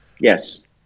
yes